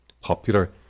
Popular